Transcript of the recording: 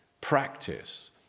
practice